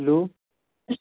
hello